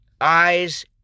eyes